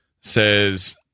says